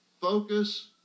Focus